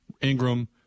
Ingram